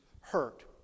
hurt